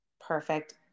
perfect